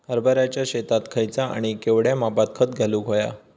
हरभराच्या शेतात खयचा आणि केवढया मापात खत घालुक व्हया?